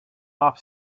off